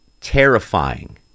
terrifying